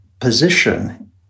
position